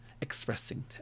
expressing